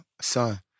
son